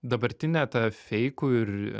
dabartinė ta feikų ir